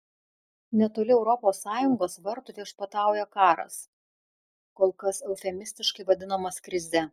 netoli europos sąjungos vartų viešpatauja karas kol kas eufemistiškai vadinamas krize